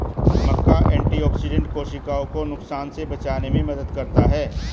मक्का antioxidant कोशिकाओं को नुकसान से बचाने में मदद करता है